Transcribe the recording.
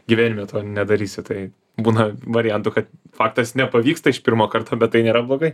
gyvenime to nedarysiu tai būna variantų kad faktas nepavyksta iš pirmo karto bet tai nėra blogai